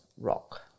rock